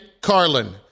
Carlin